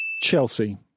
Chelsea